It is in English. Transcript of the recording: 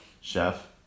Chef